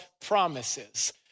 promises